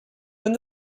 when